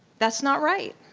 that's not right.